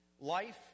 Life